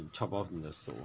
like 你 chop off 你的手